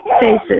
faces